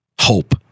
hope